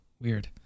Weird